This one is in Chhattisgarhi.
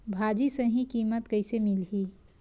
भाजी सही कीमत कइसे मिलही?